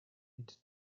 into